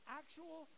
actual